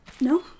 No